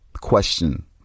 question